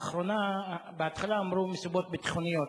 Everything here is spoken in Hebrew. בהתחלה אמרו: מסיבות ביטחוניות.